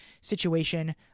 situation